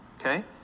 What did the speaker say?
Okay